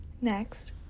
Next